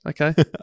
Okay